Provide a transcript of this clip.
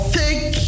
take